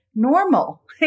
Normal